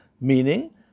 Meaning